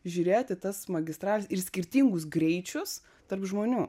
žiūrėt į tas magistrales ir skirtingus greičius tarp žmonių